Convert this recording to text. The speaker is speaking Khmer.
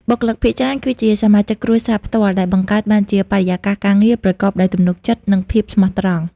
បុគ្គលិកភាគច្រើនគឺជាសមាជិកគ្រួសារផ្ទាល់ ដែលបង្កើតបានជាបរិយាកាសការងារប្រកបដោយ ទំនុកចិត្ត និងភាពស្មោះត្រង់។